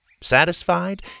Satisfied